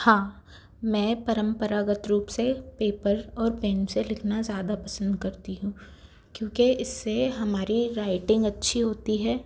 हाँ मैं परंपरागत रूप से पेपर और पेन से लिखना ज़्यादा पसंद करती हूँ क्योंकि इस से हमारी राइटिंग अच्छी होती है